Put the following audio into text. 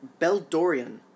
Beldorian